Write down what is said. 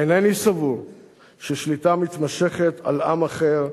אינני סבור ששליטה מתמשכת על עם אחר,